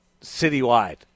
citywide